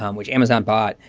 um which amazon bought,